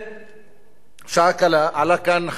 שעה קלה עלה לכאן חבר הכנסת מגלי והבה